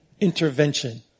intervention